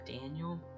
Daniel